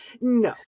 No